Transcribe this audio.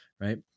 Right